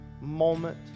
moment